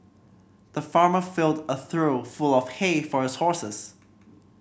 the farmer filled a trough full of hay for his horses